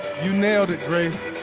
you nailed it, grace.